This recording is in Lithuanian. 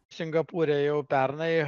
singapūre jau pernai